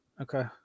Okay